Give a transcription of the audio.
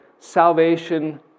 Salvation